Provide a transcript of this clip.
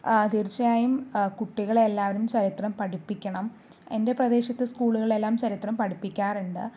തീർച്ചയായും കുട്ടികളെ എല്ലാരേയും ചരിത്രം പഠിപ്പിക്കണം എൻ്റെ പ്രദേശത്തെ സ്കൂളുകളിൽ എല്ലാം ചരിത്രം പഠിപ്പിക്കാറുണ്ട് അപ്പോൾ